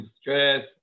stress